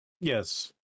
Yes